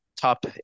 top